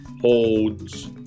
Holds